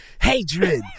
Hatred